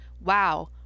wow